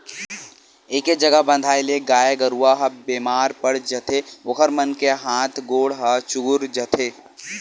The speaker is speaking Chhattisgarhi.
एके जघा बंधाए ले गाय गरू ह बेमार पड़ जाथे ओखर मन के हात गोड़ ह चुगुर जाथे